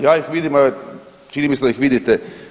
Ja ih vidim, a čini mi se da ih vidite.